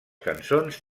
cançons